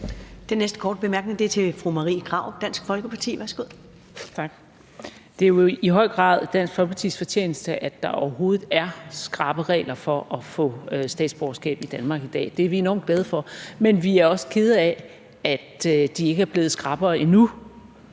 Det er jo i høj grad Dansk Folkepartis fortjeneste, at der overhovedet er skrappe regler for at få statsborgerskab i Danmark i dag. Det er vi enormt glade for, men vi er også kede af, at de ikke er blevet skrappere endnu.